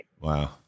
Wow